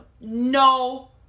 no